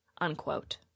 Unquote